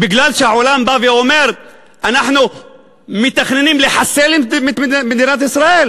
מפני שהעולם בא ואומר: אנחנו מתכננים לחסל את מדינת ישראל